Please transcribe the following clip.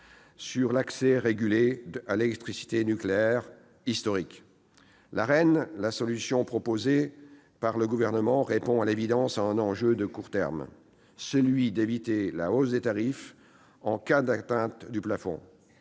sur l'accès régulé à l'électricité nucléaire historique, l'Arenh, la solution proposée par le Gouvernement répond à l'évidence à un enjeu de court terme, celui d'éviter la hausse des tarifs en cas d'atteinte du plafond.